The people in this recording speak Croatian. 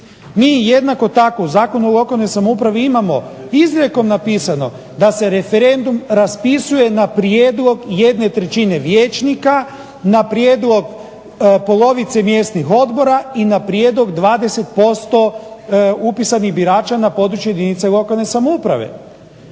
Mi jednako tako u Zakonu o lokalnoj samoupravi imamo izrijekom napisano da se referendum raspisuje na prijedlog jedne trećine vijećnika, na prijedlog polovice mjesnih odbora i na prijedlog 20% upisanih birača na području jedinice lokalne samouprave.